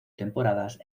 temporadas